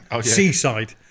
seaside